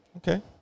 Okay